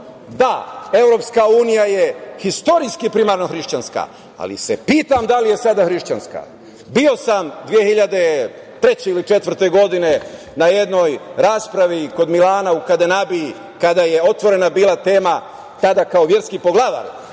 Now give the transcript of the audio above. Da, Evropska unija je istorijski primarno hrišćanska, ali se pitam da li je sada hrišćanska? Bio sam 2003. ili 2004. godine na jednoj raspravi kod Milana u Kadenabiji, kada je otvorena bila tema, tada kao verski poglavar,